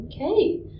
okay